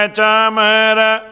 chamara